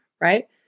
right